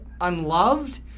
unloved